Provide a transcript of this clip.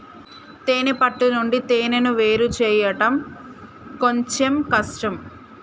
తేనే పట్టు నుండి తేనెను వేరుచేయడం కొంచెం కష్టం